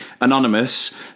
Anonymous